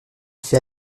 fait